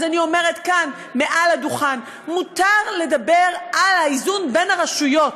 אז אני אומרת כאן מעל הדוכן: מותר לדבר על האיזון בין הרשויות,